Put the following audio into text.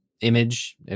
image